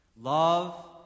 Love